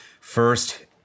first